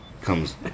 comes